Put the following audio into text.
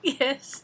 yes